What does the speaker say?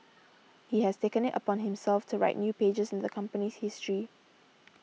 he has taken it upon himself to write new pages in the company's history